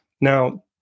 Now